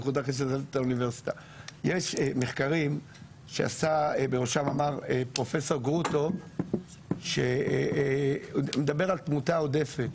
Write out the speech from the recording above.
יש מחקרים שעשה בראשם פרופסור גרוטו שהוא מדבר על תמותה עודפת,